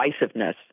divisiveness